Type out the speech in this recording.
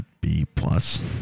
B-plus